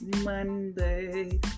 Monday